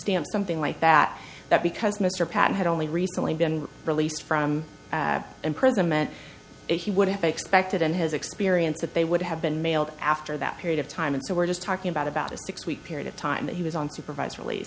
stamps or something like that that because mr patten had only recently been released from imprisonment he would have expected in his experience that they would have been mailed after that period of time and so we're just talking about about a six week period of time that he was on supervised re